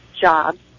jobs